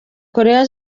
koreya